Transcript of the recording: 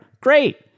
great